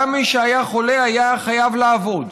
גם מי שהיה חולה היה חייב לעבוד.